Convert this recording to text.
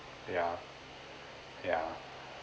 yeah yeah